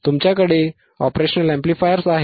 तुमच्याकडे OP Amps आहेत